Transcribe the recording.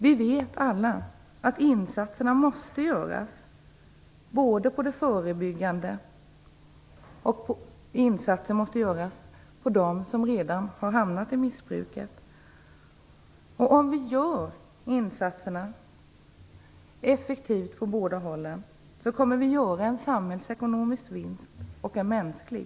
Vi vet alla att insatserna måste göras både på det förebyggande området och för dem som redan har hamnat i missbruket. Om vi gör insatserna effektivt på båda hållen kommer vi att göra en samhällsekonomisk vinst och en mänsklig.